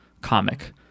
comic